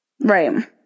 right